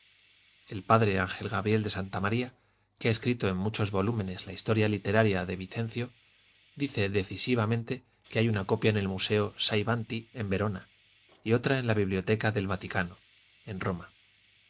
el p angfel gabriel de santa maría que ha escrito en muchos volúmenes la historia literaria de vicencio dice decisivamente que hay una copia en el museo saibanti en verona y otra en la biblioteca del vaticano en roma